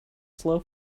slow